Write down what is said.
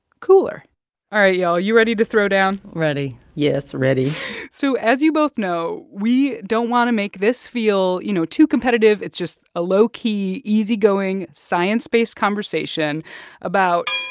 cooler all right, y'all, you ready to throw down? ready yes, ready so as you both know, we don't want to make this feel, you know, too competitive. it's just a low-key, easygoing science-based conversation about.